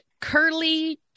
Curly